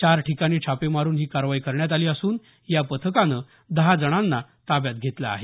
चार ठिकाणी छापे मारुन ही कारवाई करण्यात आली असून या पथकानं दहा जणांना ताब्यात घेतलं आहे